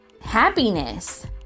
happiness